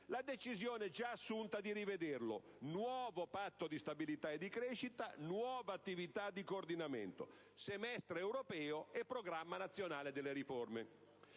la decisione, già assunta, di rivederlo: nuovo Patto di stabilità e crescita, nuova attività di coordinamento, semestre europeo e programma nazionale delle riforme.